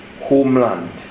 homeland